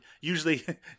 usually